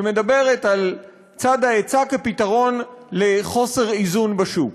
שמדברת על צד ההיצע כפתרון לחוסר איזון בשוק.